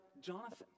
Jonathan